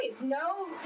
No